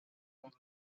was